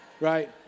right